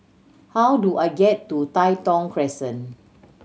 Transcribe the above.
how do I get to Tai Thong Crescent